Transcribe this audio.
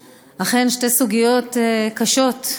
אכן, שתי סוגיות קשות,